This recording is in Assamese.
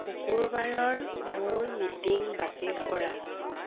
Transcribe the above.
শুকুৰবাৰৰ মোৰ মিটিং বাতিল কৰা